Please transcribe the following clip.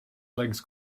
legs